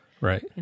right